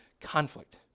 conflict